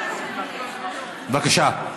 בבקשה.